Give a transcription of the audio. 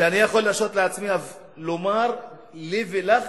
ואני יכול להרשות לעצמי לומר שלי ולך